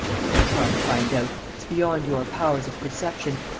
don't try to find out it's beyond your powers of perception.